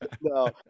No